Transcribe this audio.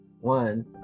One